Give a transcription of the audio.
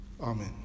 Amen